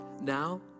now